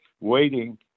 waiting